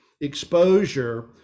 exposure